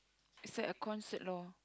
is that a concert lor